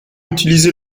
utilisé